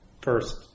first